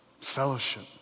fellowship